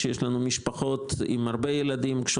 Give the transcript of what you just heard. כשיש לנו משפחות קשות יום עם הרבה ילדים.